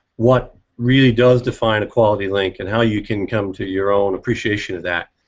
what really does define a quality link and how you can come to your own appreciation of that?